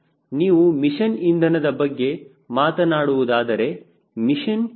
ನೀವು ಮಿಷನ್ ಇಂಧನದ ಬಗ್ಗೆ ಮಾತನಾಡುವುದಾದರೆ ಮಿಷನ್ ಏನು